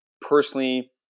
personally